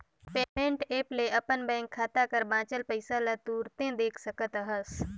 payment app ले अपन bank खाता कर बांचल पइसा ल तुरते देख सकत अहस